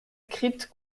crypte